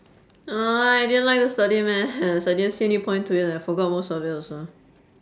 ah I didn't like to study maths I didn't see any point to it and I forgot most of it also